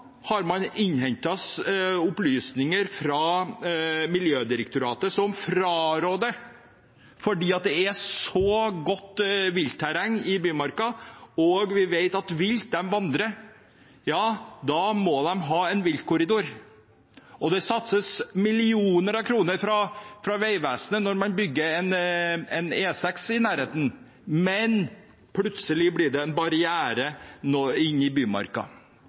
har man innhentet opplysninger fra Miljødirektoratet, som fraråder det fordi det er så godt viltterreng i Bymarka. Vi vet at vilt vandrer, og da må de ha en viltkorridor. Det satses millioner av kroner når Vegvesenet bygger ut E6 i nærheten, men plutselig blir det en barriere inne i Bymarka.